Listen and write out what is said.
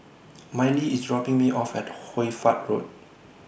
Mylee IS dropping Me off At Hoy Fatt Road